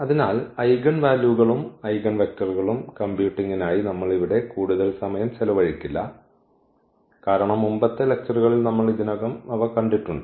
അതിനാൽ ഐഗൻവാല്യൂകളും ഐഗൻവെക്റ്ററുകളും കമ്പ്യൂട്ടിംഗിനായി നമ്മൾ ഇവിടെ കൂടുതൽ സമയം ചെലവഴിക്കില്ല കാരണം മുമ്പത്തെ ലെക്ച്ചർകളിൽ നമ്മൾ ഇതിനകം കണ്ടിട്ടുണ്ട്